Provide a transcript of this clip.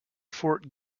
fort